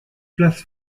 place